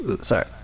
sorry